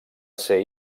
ser